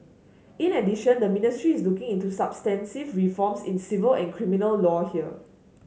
in addition the ministry is looking into substantive reforms in civil and criminal law here